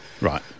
Right